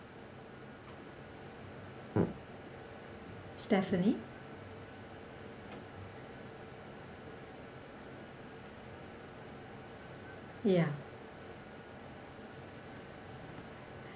stephanie ya